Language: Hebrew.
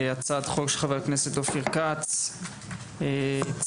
הצעת חוק של חבר הכנסת אופיר כץ להכנה לקריאה שנייה ושלישית.